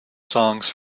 songs